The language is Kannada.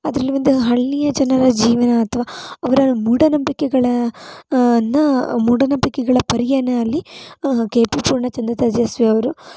ಅದರಲ್ಲಿ ಒಂದು ಹಳ್ಳಿಯ ಜನರ ಜೀವನ ಅಥವಾ ಅವರ ಮೂಢನಂಬಿಕೆಗಳನ್ನು ಮೂಢನಂಬಿಕೆಗಳ ಪರಿಯನ್ನ ಅಲ್ಲಿ ಕೆ ಪಿ ಪೂರ್ಣಚಂದ್ರ ತೇಜಸ್ವಿ ಅವರು